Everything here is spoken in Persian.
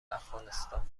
افغانستان